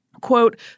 Quote